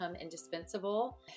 Indispensable